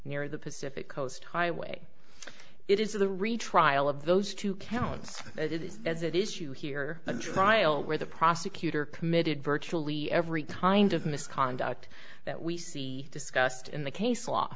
near the pacific coast highway it is the retrial of those two counts it is as it is to hear a trial where the prosecutor committed virtually every kind of misconduct that we see discussed in the case